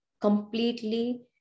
completely